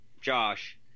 josh